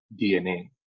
DNA